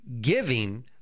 giving